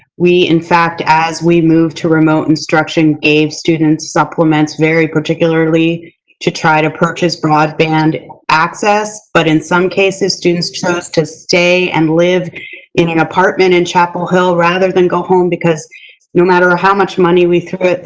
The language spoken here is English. we, in fact, as we moved to remote instruction gave students supplements very particularly to try to purchase broadband access. but in some cases, students chose to stay and live in an apartment in chapel hill rather than go home because no matter ah how much money we threw at them,